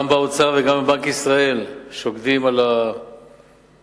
גם באוצר וגם בבנק ישראל שוקדים על המדוכה.